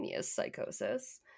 psychosis